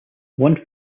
one